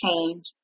change